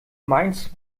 meinst